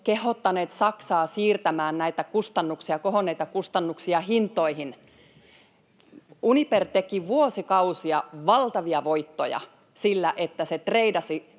kehottaneet Saksaa siirtämään näitä kohonneita kustannuksia hintoihin: Uniper teki vuosikausia valtavia voittoja sillä, että se treidasi